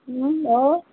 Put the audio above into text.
तुम ही कहो